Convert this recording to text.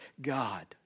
God